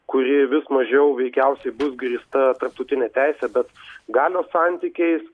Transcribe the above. kuri vis mažiau veikiausiai bus grįsta tarptautine teise bet galios santykiais